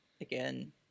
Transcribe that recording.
again